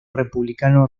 republicano